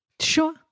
Sure